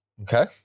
Okay